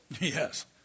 Yes